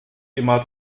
immer